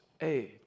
age